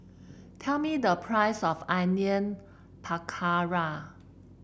tell me the price of Onion Pakora